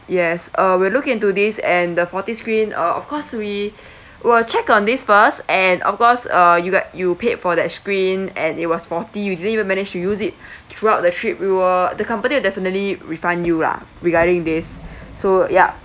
yes uh we'll look into this and the faulty screen uh of course we will check on this first and of course uh you got you paid for that screen and it was faulty you didn't even manage to use it throughout the trip we will the company will definitely refund you lah regarding this so ya